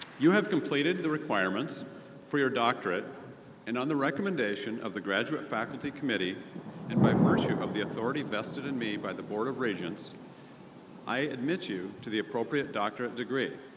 you have completed the requirements for your doctorate and, on the recommendation of the graduate faculty committee and by virtue of the authority vested in me by the board of regents i admit you to the appropriate doctor's degree.